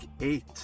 eight